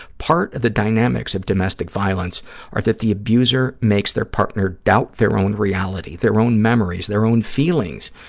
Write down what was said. part of the dynamics of domestic violence are that the abuser makes their partner doubt their own reality, their own memories, their own feelings,